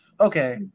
Okay